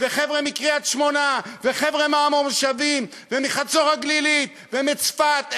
וחבר'ה מקריית-שמונה וחבר'ה מהמושבים ומחצור-הגלילית ומצפת,